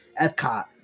Epcot